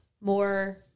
more